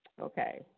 Okay